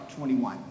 21